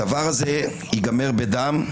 הדבר הזה ייגמר בדם,